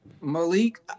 Malik